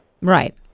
Right